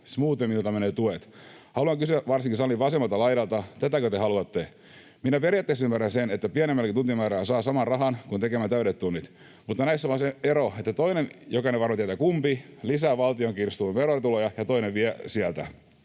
”muuten minulta menee tuet”. Haluan kysyä varsinkin salin vasemmalta laidalta: Tätäkö te haluatte? Minä periaatteessa ymmärrän sen, että pienemmälläkin tuntimäärällä saa saman rahan kuin tekemällä täydet tunnit, mutta näissä on vain se ero, että toinen — jokainen varmaan tietää, kumpi — lisää valtion kirstuun verotuloja ja toinen vie sieltä.